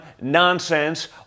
nonsense